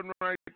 right